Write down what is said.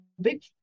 big